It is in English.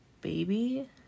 baby